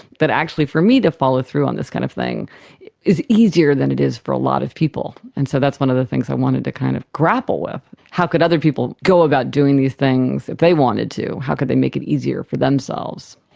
that actually for me to follow through on this kind of thing is easier than it is for a lot of people. and so that's one of the things i wanted to kind of a grapple with how could other people go about doing these things if they wanted to, how could they make it easier for themselves?